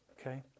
Okay